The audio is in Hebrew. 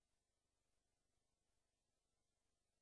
קיצוץ